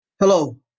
Hello